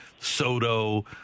Soto